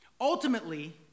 Ultimately